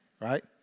Right